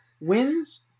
wins